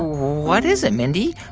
what is it, mindy?